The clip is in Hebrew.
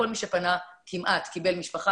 כל מי שפנה כמעט קיבל משפחה,